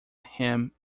him